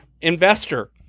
investor